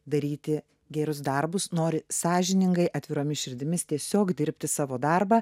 daryti gerus darbus nori sąžiningai atviromis širdimis tiesiog dirbti savo darbą